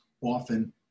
often